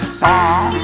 song